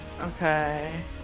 Okay